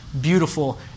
Beautiful